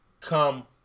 Come